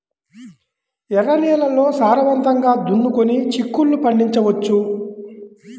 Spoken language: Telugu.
ఎర్ర నేలల్లో సారవంతంగా దున్నుకొని చిక్కుళ్ళు పండించవచ్చు